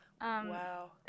Wow